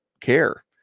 care